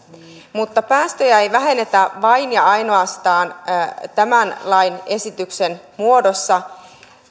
mutta päästöjä ei vähennetä vain ja ainoastaan tämän lain esityksen muodossa